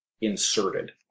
inserted